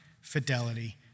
fidelity